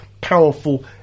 powerful